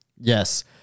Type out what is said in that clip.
Yes